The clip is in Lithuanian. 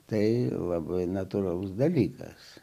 tai labai natūralus dalykas